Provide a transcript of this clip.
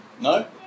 no